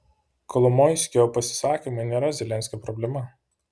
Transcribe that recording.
kolomoiskio pasisakymai nėra zelenskio problema